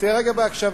תהיה רגע בהקשבה.